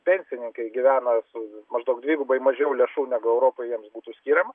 pensininkai gyvena su maždaug dvigubai mažiau lėšų negu europoj jiems būtų skiriama